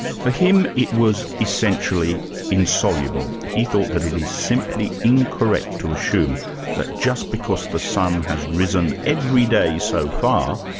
for him, it was essentially insoluble. he thought that it is simply incorrect to assume that just because the sun has risen every day so far,